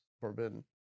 forbidden